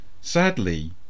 Sadly